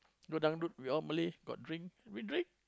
go dangdut we all Malay got drink we drink